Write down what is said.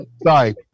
Sorry